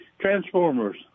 Transformers